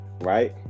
right